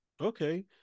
Okay